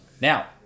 Now